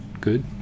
good